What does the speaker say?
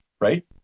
right